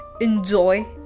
enjoy